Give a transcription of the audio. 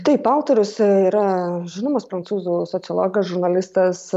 taip autorius yra žinomas prancūzų sociologas žurnalistas